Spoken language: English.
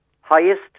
highest